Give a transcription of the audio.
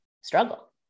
struggle